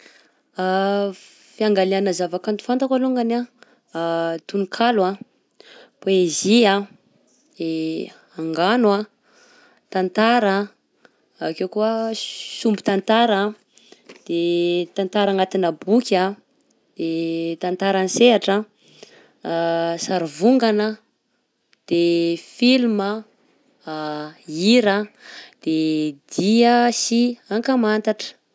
Fiangaliagna zava-kanto fantako alongany a: a tonokalo a pôezy a, de angano a, tantara a, ake koa sombitantara a, de tantara anatina boky, de tantara an-sehatra a, sary vongana a, de filma a, hira a, de dihy a sy ankamantatra.